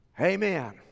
Amen